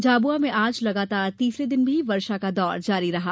झाबुआ में आज लगातार तीसरे दिन वर्षा का दौर जारी रहा